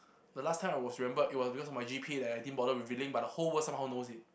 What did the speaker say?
the last time I was remembered it was because of my G_P_A that I didn't bother revealing but the whole world somehow knows it